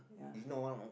if not one